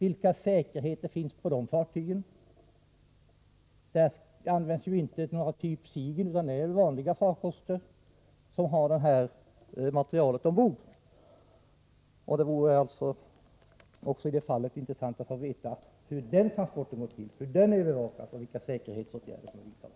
Vilken säkerhet finns på fartygen? Det är inte fartyg av typ Sigyn som används, utan det är vanliga farkoster med materialet ombord. Det vore intressant att få veta hur dessa transporter går till och hur de övervakas samt vilka säkerhetsåtgärder som har vidtagits.